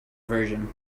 version